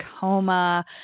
coma